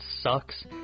sucks